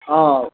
अँ